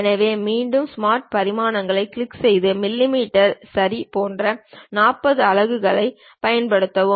எனவே மீண்டும் ஸ்மார்ட் பரிமாணங்களைக் கிளிக் செய்து மில்லிமீட்டர் சரி போன்ற 40 அலகுகளாகப் பயன்படுத்தவும்